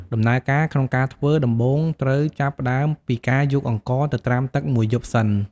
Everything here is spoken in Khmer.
ដំណើរការក្នុងការធ្វើ ដំបូងត្រូវចាប់ផ្ដើមពីការយកអង្ករទៅត្រាំទឹកមួយយប់សិន។